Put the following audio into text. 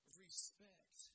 respect